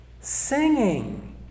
Singing